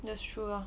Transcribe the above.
that's true ah